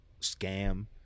scam